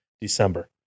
December